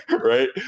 right